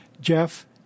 Jeff